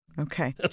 Okay